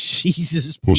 Jesus